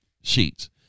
sheets